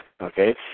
okay